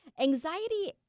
Anxiety